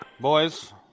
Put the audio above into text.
Boys